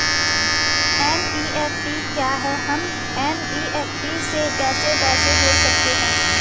NEFT क्या है हम एन.ई.एफ.टी से कैसे पैसे भेज सकते हैं?